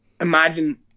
imagine